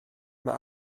mae